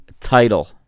title